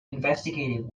investigative